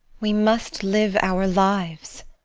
we must live our lives.